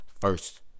first